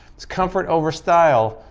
it's comfort over style,